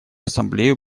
ассамблею